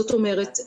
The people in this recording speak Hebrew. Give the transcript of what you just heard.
זאת אומרת,